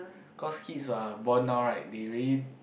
cause kids who are born now right they really